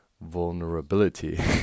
vulnerability